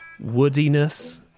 woodiness